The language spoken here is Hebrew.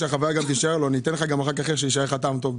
(הישיבה נפסקה בשעה 13:29 ונתחדשה בשעה 13:30.)